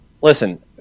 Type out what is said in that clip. listen